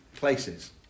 places